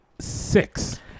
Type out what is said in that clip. six